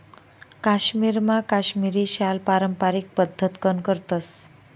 काश्मीरमा काश्मिरी शाल पारम्पारिक पद्धतकन करतस